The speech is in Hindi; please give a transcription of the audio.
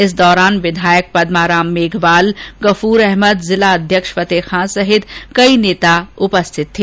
इस दौरान विधायक पदमाराम मोघवाल गफूर अहमद जिला अध्यक्ष फतेह खान सहित कई नेता उपस्थित थे